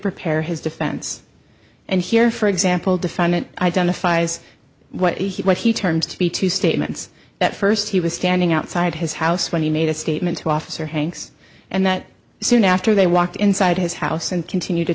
prepare his defense and here for example defendant identifies what he what he terms to be two statements that first he was standing outside his house when he made a statement to officer hanks and that soon after they walked inside his house and continued to